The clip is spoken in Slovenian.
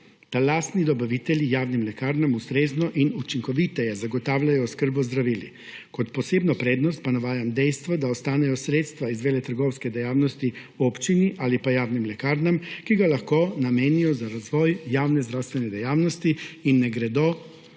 da lastni dobavitelji javnim lekarnam ustrezno in učinkoviteje zagotavljajo oskrbo z zdravili, kot posebno prednost pa navajam dejstvo, da ostanejo sredstva iz veletrgovske dejavnosti občini ali pa javnim lekarnam, ki ga lahko namenijo za razvoj javne zdravstvene dejavnosti in ne gredo